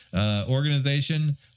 organization